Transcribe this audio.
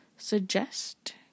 Suggest